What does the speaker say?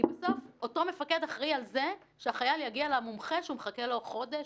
כי בסוף אותו מפקד אחראי על זה שהחייל יגיע למומחה שהוא מחכה לו חודש,